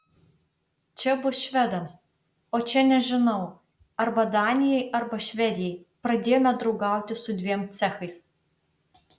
čia bus švedams o čia nežinau arba danijai arba švedijai pradėjome draugauti su dviem cechais